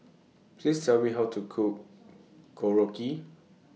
Please Tell Me How to Cook Korokke